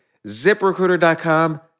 ZipRecruiter.com